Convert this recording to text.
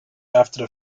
after